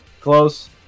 close